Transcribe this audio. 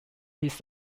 his